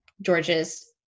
george's